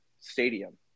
stadium